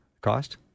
cost